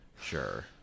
Sure